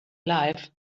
life